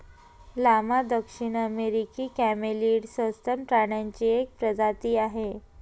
llama दक्षिण अमेरिकी camelid सस्तन प्राण्यांची एक प्रजाती आहे